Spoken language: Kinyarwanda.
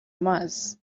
amazi